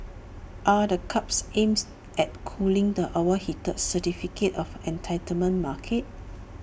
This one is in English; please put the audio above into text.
are the curbs aims at cooling the overheated certificate of entitlement market